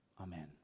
Amen